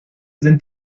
sind